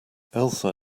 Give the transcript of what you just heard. elsa